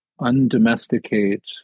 undomesticate